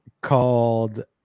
called